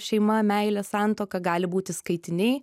šeima meilė santuoka gali būti skaitiniai